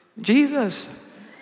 Jesus